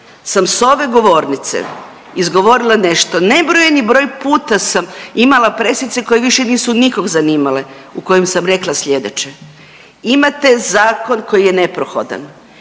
sam s ove govornice izgovorila nešto, nebrojni broj puta sam imala presice koje više nisu nikog zanimale, u kojim sam rekla sljedeće, imate zakon koji je neprohodan,